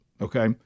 Okay